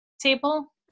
table